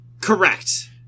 Correct